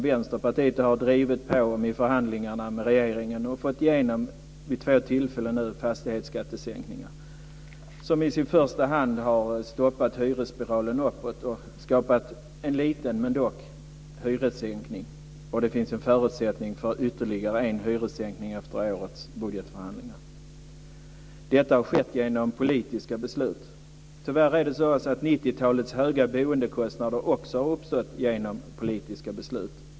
Vänsterpartiet har drivit på i förhandlingarna med regeringen och vid två tillfällen fått igenom sänkningar av fastighetsskatten. I första hand har detta stoppat hyresspiralen uppåt och skapat en liten, men dock, hyressänkning. Det finns en förutsättning för ytterligare en hyressänkning efter årets budgetförhandlingar. Detta har skett med hjälp av politiska beslut. Tyvärr har 90-talets höga boendekostnader också uppstått genom politiska beslut.